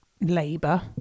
labour